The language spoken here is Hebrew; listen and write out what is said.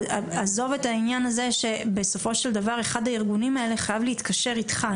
עזוב את העניין הזה שבסופו של דבר אחד הארגונים האלה חייב להתקשר איתך,